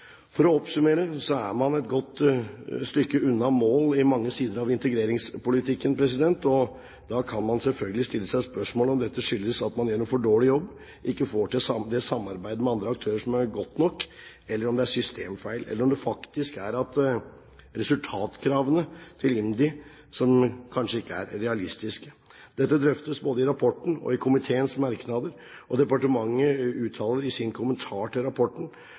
For å oppsummere er man et godt stykke unna mål i mange sider av integreringspolitikken. Og da kan man selvfølgelig stille seg spørsmål om dette skyldes at man gjør en for dårlig jobb, ikke får til samarbeidet med de andre aktørene godt nok, om det er systemfeil – eller om det er slik at resultatkravene til IMDi kanskje ikke er realistiske. Dette drøftes både i rapporten og i komiteens merknader. Departementet uttaler i sin kommentar til rapporten